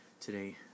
today